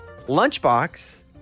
Lunchbox